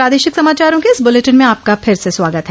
प्रादेशिक समाचारों के इस बुलेटिन में आपका फिर से स्वागत है